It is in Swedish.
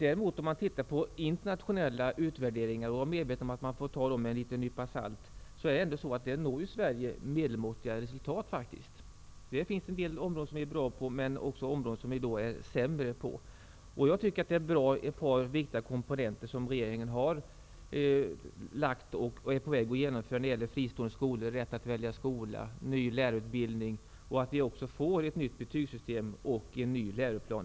Även om man måste ta internationella utvärderingar med en nya salt, visar Sverige emellertid vid sådana jämförelser medelmåttiga resultat. Det finns en del områden där vi är bra, men också områden där vi är sämre. Jag anser att det i regeringens skolpolitik har några viktiga komponenter som är på väg att genomföras. Det gäller fristående skolor, rätten att välja skola och en ny lärarutbildning. Det är också bra att vi får ett nytt betygsystem och en ny läroplan.